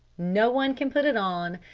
no one can put it on.